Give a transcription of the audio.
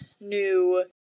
new